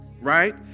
right